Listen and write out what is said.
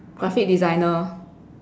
graphic designer